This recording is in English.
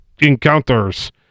Encounters